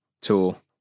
Tool